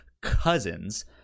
cousins